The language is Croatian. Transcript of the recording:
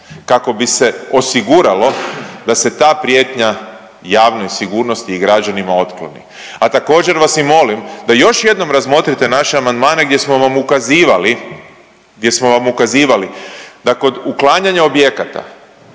kako bi se osiguralo da se ta prijetnja javnoj sigurnosti i građanima otkloni, a također vas i molim da još jednom razmotrite naše amandmane gdje smo vam ukazivali, gdje smo vam